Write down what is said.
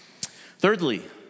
Thirdly